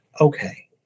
okay